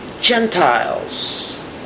Gentiles